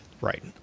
right